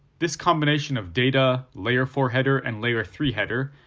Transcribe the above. this combination of data, layer four header, and layer three header,